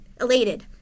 elated